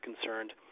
concerned